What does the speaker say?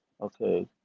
okay